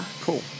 Cool